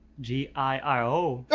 g i r o.